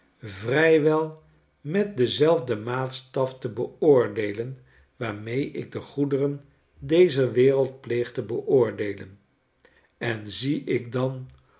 vrij wel met denzelfden maatstaf te beoordeelen waarmee ik de goederen dezer wereld pleeg te beoordelen en zie ik dan